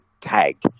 tag